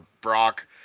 Brock